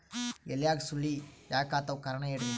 ಎಲ್ಯಾಗ ಸುಳಿ ಯಾಕಾತ್ತಾವ ಕಾರಣ ಹೇಳ್ರಿ?